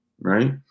right